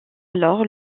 alors